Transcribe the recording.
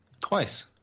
Twice